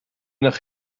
nach